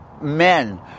men